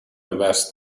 vest